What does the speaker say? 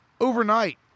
Overnight